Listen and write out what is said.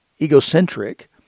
egocentric